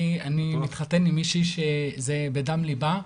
אני מתחתן עם מישהי שזה בדם ליבה,